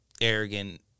arrogant